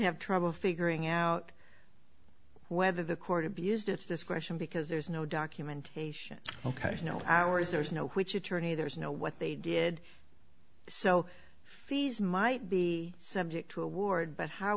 have trouble figuring out whether the court abused its discretion because there's no documentation ok no hours there's no which attorney there's no what they did so fees might be subject to award but how